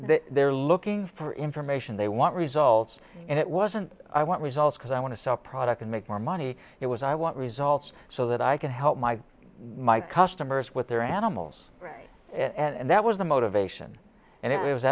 they they're looking for information they want results and it wasn't i want results because i want to sell product and make more money it was i want results so that i can help my my customers with their animals and that was the motivation and it was